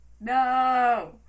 no